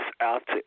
out